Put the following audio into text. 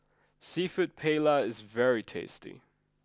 Seafood Paella is very tasty